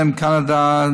ובהן קנדה,